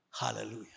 Hallelujah